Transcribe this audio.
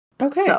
Okay